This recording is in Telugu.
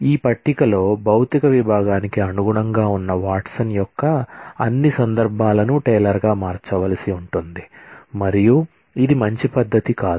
ఈ పట్టికలో భౌతిక విభాగానికి అనుగుణంగా ఉన్న వాట్సన్ యొక్క అన్ని సందర్భాలను టేలర్గా మార్చవలసి ఉంటుంది మరియు ఇది మంచి పద్ధతి కాదు